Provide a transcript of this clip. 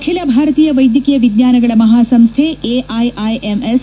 ಅಖಿಲ ಭಾರತೀಯ ವೈದ್ಯಕೀಯ ವಿಜ್ಞಾನಗಳ ಮಪಾಸಂಸ್ವ ಎಐಐಎಂಎಸ್